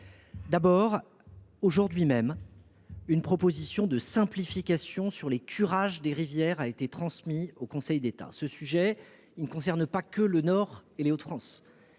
dernière. Aujourd’hui même, une proposition de simplification sur les curages des rivières a été transmise au Conseil d’État. Ce sujet ne concerne pas que le Nord et les Hauts de France